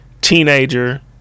teenager